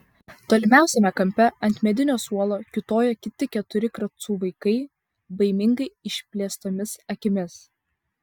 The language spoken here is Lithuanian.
tolimiausiame kampe ant medinio suolo kiūtojo kiti keturi kracų vaikai baimingai išplėstomis akimis